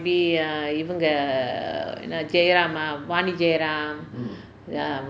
maybe இவுங்க என்ன:ivanga enna jayaramaa paandi jeyaraam(um)